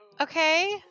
okay